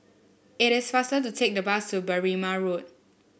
it is faster to take the bus to Berrima Road